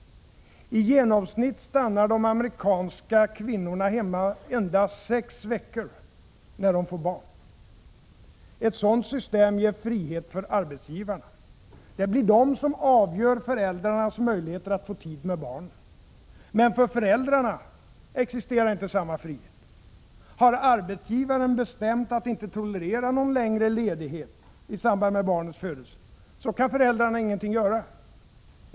I genomsnitt stannar de förvärvsarbetande amerikanska kvinnorna hemma endast sex veckor när de får barn. Ett sådant system ger frihet för arbetsgivarna. Det blir de som avgör föräldrarnas möjlighet att få tid med barnen. Men för föräldrarna existerar inte samma frihet. Har arbetsgivaren bestämt att inte tolerera någon längre ledighet i samband med barnets födelse kan föräldrarna inget göra.